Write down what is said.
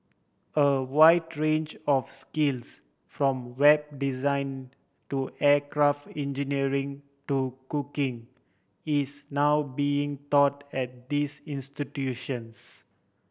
a wide range of skills from Web design to aircraft engineering to cooking is now being taught at these institutions